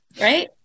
right